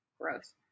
Gross